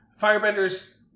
Firebenders